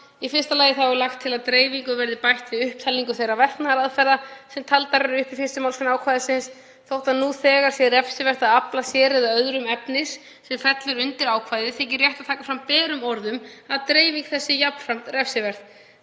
Í fyrsta lagi er lagt til að dreifingu verði bætt við upptalningu þeirra verknaðaraðferða sem taldar eru upp í 1. mgr. ákvæðisins. Þótt nú þegar sé refsivert að afla sér eða öðrum efnis sem fellur undir ákvæðið þykir rétt að taka fram berum orðum að dreifing þess sé jafnframt refsiverð.